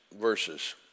verses